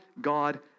God